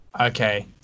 Okay